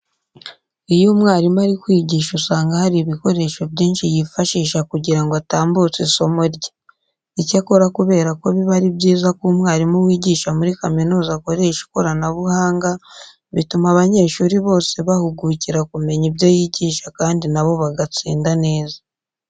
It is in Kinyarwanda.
Iyo umwarimu ari kwigisha usanga hari ibikoresho byinshi yifashisha kugira ngo atambutse isomo rye. Icyakora kubera ko biba ari byiza ko umwarimu wigisha muri kaminuza akoresha ikoranabuhanga, bituma abanyeshuri bose bahugukira kumenya ibyo yigisha kandi na bo bagatsinda neza.